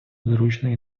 зручний